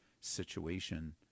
situation